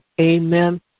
Amen